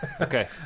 Okay